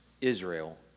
Israel